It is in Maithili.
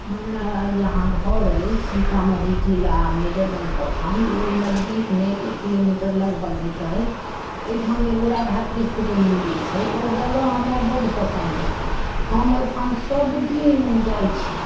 हमरा जहाँ घर अछि सीतामढ़ी जिला मेजरगञ्ज प्रखण्ड ओहि नजदीकमे एक किलोमीटर लगभग होतै ओहिठाम एगो राधाकृष्णके मन्दिर छै ओ जगह हमरा बड पसन्द अछि हम ओहिठाम सभ दिन जाइत छी